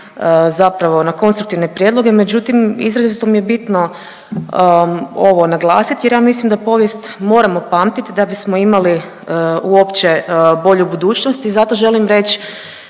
zapravo na konstruktivne prijedloge. Međutim, izrazito mi je bitno ovo naglasiti jer ja mislim da povijest moramo pamtiti da bismo imali uopće bolju budućnost i zato želim reći